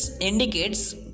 indicates